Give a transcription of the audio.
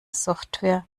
software